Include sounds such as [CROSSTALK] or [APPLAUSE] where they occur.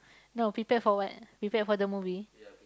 no prepare for what prepared for the movie [NOISE]